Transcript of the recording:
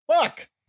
fuck